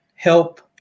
Help